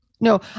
No